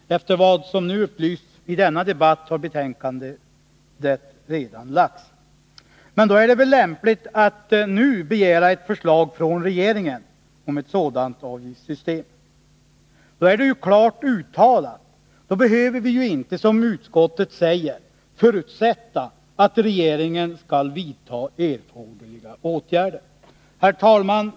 Enligt vad som har upplysts i denna debatt har betänkandet redan framlagts. Men det är väl då lämpligt att nu begära ett förslag från regeringen om ett avgiftssystem. Då är ju riksdagens önskan klart uttalad, och då behöver vi ju inte, som utskottet säger, ”förutsätta” att regeringen skall vidta erforderliga åtgärder. Herr talman!